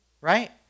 right